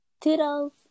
Toodles